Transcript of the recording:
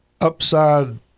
upside